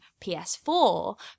ps4